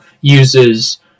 uses